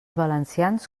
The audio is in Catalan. valencians